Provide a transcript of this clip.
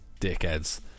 dickheads